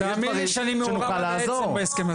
תאמין לי שאני מעורב עד העצם בהסכם הזה.